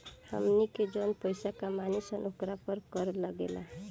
हमनी के जौन पइसा कमानी सन ओकरा पर कर लागेला